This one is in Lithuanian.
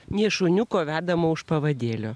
ne šuniuko vedama už pavadėlio